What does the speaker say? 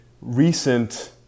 recent